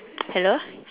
hello